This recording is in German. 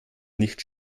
nicht